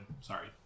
sorry